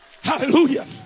Hallelujah